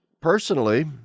personally